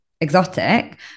exotic